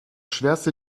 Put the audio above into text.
schwerste